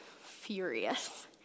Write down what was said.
furious